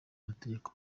amategeko